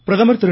பிரதமர் திரு